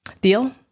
Deal